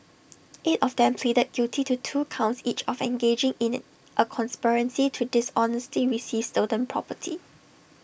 eight of them pleaded guilty to two counts each of engaging in A a conspiracy to dishonestly receive stolen property